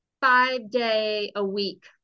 five-day-a-week